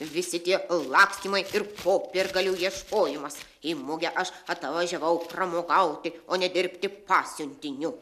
visi tie lakstymai ir popiergalių ieškojimas į mugę aš atvažiavau pramogauti o ne dirbti pasiuntiniu